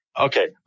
Okay